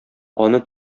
аны